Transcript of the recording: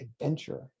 adventure